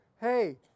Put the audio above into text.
hey